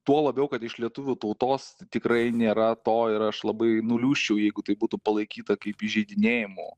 tuo labiau kad iš lietuvių tautos tikrai nėra to ir aš labai nuliūsčiau jeigu tai būtų palaikyta kaip įžeidinėjimu